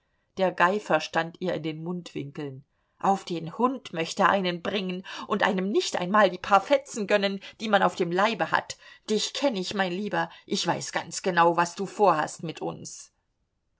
der geifer stand ihr in den mundwinkeln auf den hund möcht er einen bringen und einem nicht einmal die paar fetzen gönnen die man auf dem leibe hat dich kenn ich mein lieber ich weiß ganz genau was du vorhast mit uns